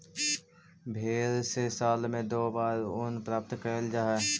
भेंड से साल में दो बार ऊन प्राप्त कैल जा हइ